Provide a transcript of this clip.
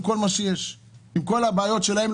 עם כל הבעיות שלהם.